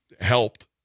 helped